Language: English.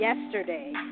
yesterday